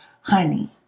honey